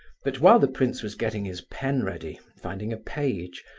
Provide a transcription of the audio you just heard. but while the prince was getting his pen ready, finding a page,